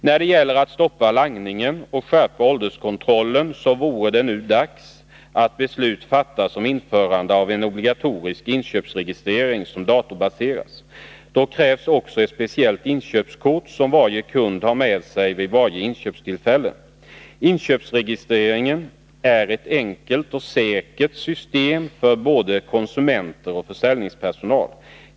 När det gäller att stoppa langningen och skärpa ålderskontrollen så vore det nu dags att beslut fattas om införande av en obligatorisk inköpsregistrering som datorbaseras. Då krävs också ett speciellt inköpskort som varje kund har med sig vid varje inköpstillfälle. Inköpsregistreringen är ett enkelt och säkert system för både konsumenter och försäljningspersonal.